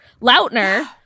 Lautner